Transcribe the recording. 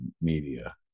media